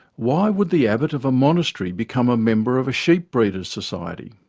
why would the abbot of a monastery become a member of a sheep breeders' society?